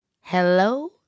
hello